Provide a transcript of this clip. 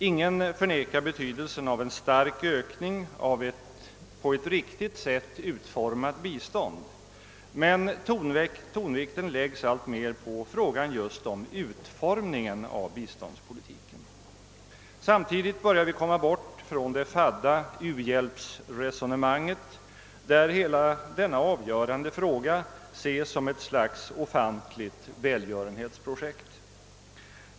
Ingen förnekar betydelsen av en stark ökning av ett på ett riktigt sätt utformat bistånd. Men tonvikten läggs alltmer på frågan om utformningen av = biståndspolitiken. Samtidigt börjar vi komma bort från det fadda u-hjälpsresonemanget där hela denna avgörande fråga ses som ett slags ofantligt välgörenhetsprojekt.